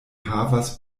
havas